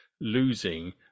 losing